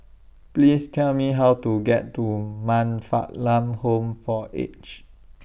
Please Tell Me How to get to Man Fatt Lam Home For Aged